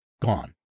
gone